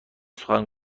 سخن